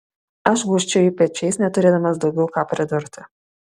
aš gūžčioju pečiais neturėdamas daugiau ką pridurti